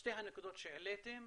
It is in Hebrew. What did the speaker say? שתי הנקודות שהעליתם,